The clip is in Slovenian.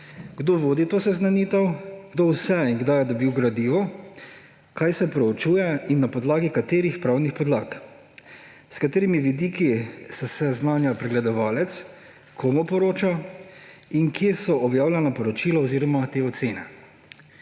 Kdo vodi to seznanitev? Kdo vse in kdaj je dobil gradivo? Kaj se preučuje in na podlagi katerih pravnih podlag? S katerimi vidiki se seznanja pregledovalec, komu poroča in kje so objavljena poročila oziroma te ocene?